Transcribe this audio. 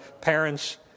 parents